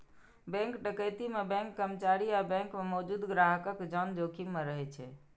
bank डकैती मे bank कर्मचारी आ बैंक मे मौजूद ग्राहकक जान जोखिम मे रहै छै